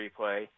replay